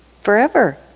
forever